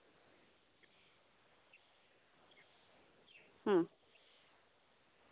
ᱦᱩᱸ